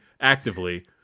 actively